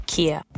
Kia